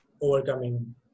overcoming